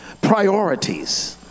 priorities